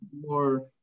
more